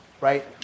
Right